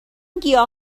گیاه